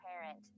parent